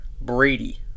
Brady